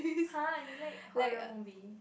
!huh! you like horror movie